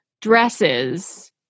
dresses